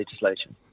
legislation